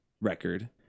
record